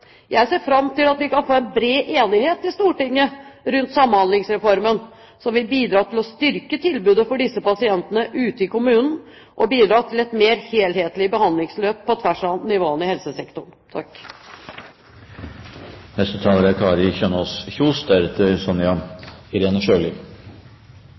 Jeg ser fram til at vi kan få bred enighet i Stortinget om Samhandlingsreformen, noe som vil bidra til å styrke tilbudet til disse pasientene ute i kommunen og bidra til et mer helhetlig behandlingsløp – på tvers av nivåene i helsesektoren.